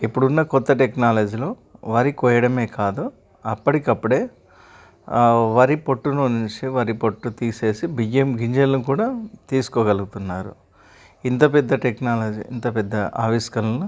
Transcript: ఇప్పుడున్న కొత్త టెక్నాలజీలో వరి కోయడమే కాదు అప్పటికి అప్పుడే వరి పొట్టును నుంచి వరి పొట్టు తీసేసి బియ్యం గింజలను కూడా తీసుకోగలుగుతున్నారు ఇంత పెద్ద టెక్నాలజీ ఇంత పెద్ద ఆవిష్కరణలు